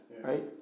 Right